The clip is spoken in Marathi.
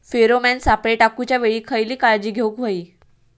फेरोमेन सापळे टाकूच्या वेळी खयली काळजी घेवूक व्हयी?